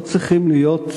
לא צריכים להיות,